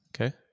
Okay